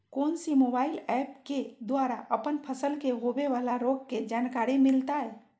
कौन सी mobile app के द्वारा अपन फसल के होबे बाला रोग के जानकारी मिलताय?